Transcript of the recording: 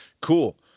Cool